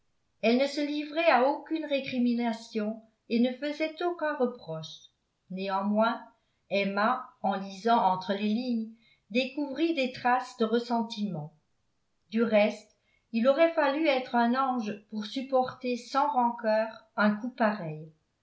elle ne se livrait à aucune récrimination et ne faisait aucun reproche néanmoins emma en lisant entre les lignes découvrit des traces de ressentiment du reste il aurait fallu être un ange pour supporter sans rancœur un coup pareil